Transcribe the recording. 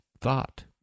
thought